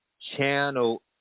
Channel